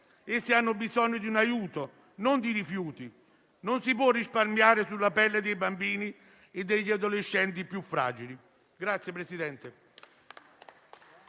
Essi hanno bisogno di un aiuto, non di rifiuti; non si può risparmiare sulla pelle dei bambini e degli adolescenti più fragili.